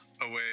away